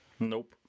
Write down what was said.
Nope